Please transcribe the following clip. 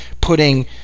Putting